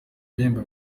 ibihembo